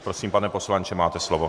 Prosím, pane poslanče, máte slovo.